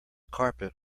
carpet